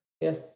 yes